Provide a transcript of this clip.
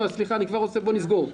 בואו נסגור,